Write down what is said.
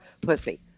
Pussy